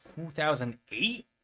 2008